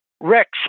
Rex